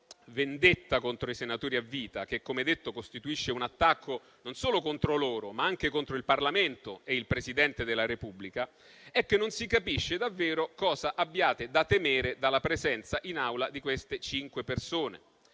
vendetta contro i senatori a vita, che - come detto - costituisce un attacco non solo contro loro, ma anche contro il Parlamento e il Presidente della Repubblica. Il punto è che non si capisce davvero cosa abbiate da temere dalla presenza in Aula di queste cinque persone.